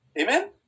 Amen